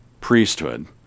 priesthood